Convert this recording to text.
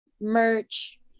merch